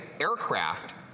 aircraft